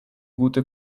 gute